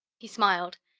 he smiled,